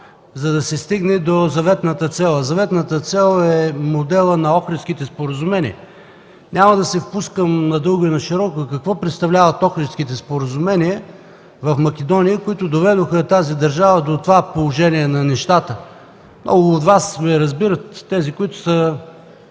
за да се стигне до заветната цел. Заветната цел е моделът на Охридските споразумения. Няма да се впускам надълго и нашироко какво представляват Охридските споразумения в Македония, които доведоха тази държава до това положение на нещата. Много от Вас ме разбират – тези, които са